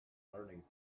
learning